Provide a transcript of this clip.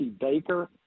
Baker